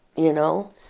you know?